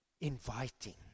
inviting